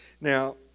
Now